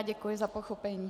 Děkuji za pochopení.